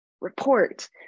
report